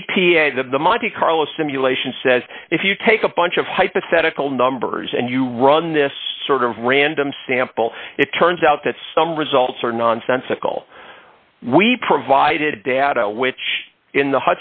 case e p a the monte carlo simulation says if you take a bunch of hypothetical numbers and you run this sort of random sample it turns out that some results are nonsensical we provided data which in the